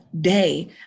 day